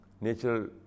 natural